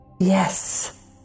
Yes